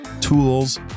tools